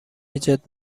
ایجاد